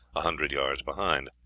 a hundred yards behind.